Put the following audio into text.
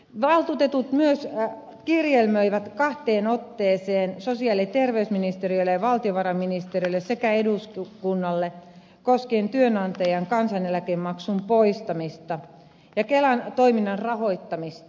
valtuutetut myös kirjelmöivät kahteen otteeseen sosiaali ja terveysministeriölle ja valtiovarainministeriölle sekä eduskunnalle koskien työnantajan kansaneläkemaksun poistamista ja kelan toiminnan rahoittamista